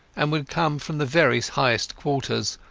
and would come from the very highest quarters,